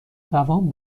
دوام